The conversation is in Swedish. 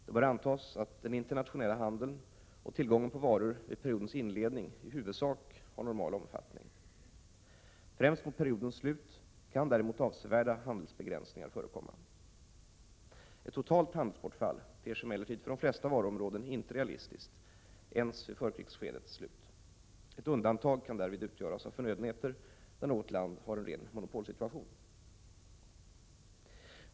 Det bör antas att den internationella handeln och tillgången på varor vid periodens inledning i huvudsak har normal omfattning. Främst mot periodens slut kan däremot avsevärda handelsbegränsningar förekomma. Ett totalt handelsbortfall ter sig emellertid för de flesta varuområden inte realistiskt ens vid förkrigsskedets slut. Ett undantag kan därvid utgöras av förnödenheter där något land har en ren monopolsituation.